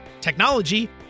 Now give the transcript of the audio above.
technology